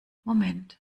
moment